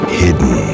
hidden